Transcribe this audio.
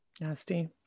Nasty